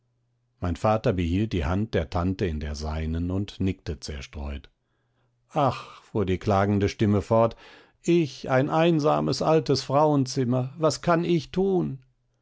mein vater behielt die hand der tante in der seinen und nickte zerstreut ach fuhr die klagende stimme fort ich ein einsames altes frauenzimmer was kann ich tun